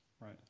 right